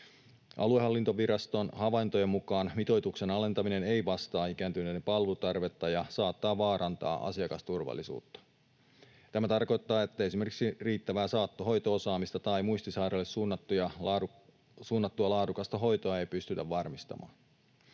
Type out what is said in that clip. Aluehallintoviraston havaintojen mukaan mitoituksen alentaminen ei vastaa ikääntyneiden palveluntarvetta ja saattaa vaarantaa asiakasturvallisuutta. Tämä tarkoittaa, että esimerkiksi riittävää saattohoito-osaamista tai muistisairaille suunnattua laadukasta hoitoa ei pystytä varmistamaan.